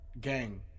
gang